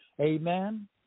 Amen